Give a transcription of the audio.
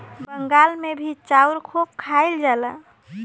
बंगाल मे भी चाउर खूब खाइल जाला